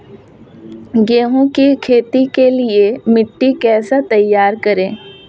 गेहूँ की खेती के लिए मिट्टी कैसे तैयार करें?